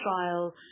trial